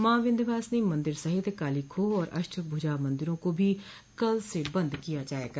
माँ विन्ध्यवासिनी मन्दिर सहित काली खोह व अष्टभुजा मन्दिरों को भी कल से बन्द किया जाएगा